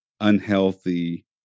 unhealthy